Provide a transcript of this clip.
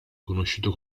conosciuto